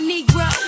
Negro